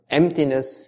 emptiness